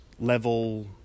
level